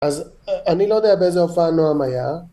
אז אני לא יודע באיזה הופעה נועם היה.